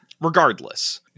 Regardless